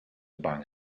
bang